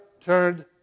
turned